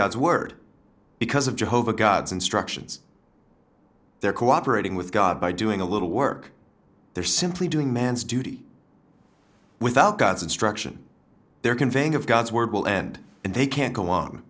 god's word because of jehovah god's instructions they're cooperating with god by doing a little work they're simply doing man's duty without god's instruction their conveying of god's word will end and they can't go on